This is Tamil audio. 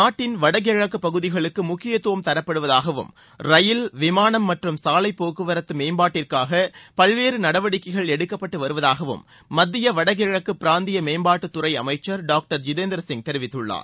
நாட்டின் வடகிழக்கு பகுதிகளுக்கு முக்கியத்துவம் தரப்படுவதாகவும் ரயில் விமானம் மற்றும் சாலைப்போக்குவரத்து மேம்பாட்டிற்காக பல்வேறு நடவடிக்கைகள் எடுக்கப்பட்டு வருவதாகவும் மத்திய வடகிழக்கு பிராந்திய மேம்பாட்டுத்துறை அமைச்சர் டாக்டர் ஜிதேந்திர சிங் தெரிவித்துள்ளார்